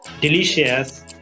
delicious